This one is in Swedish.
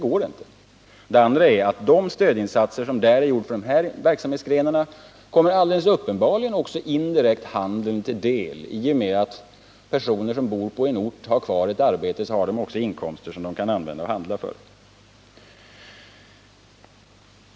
För det andra: De stödinsatser som är gjorda för dessa senare verksamhetsgrenar kommer alldeles uppenbarligen handeln till godo indirekt — i och med att personer som bor på en ort har kvar sina arbeten så har de också inkomster som de kan använda att handla för.